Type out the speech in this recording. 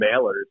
mailers